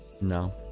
No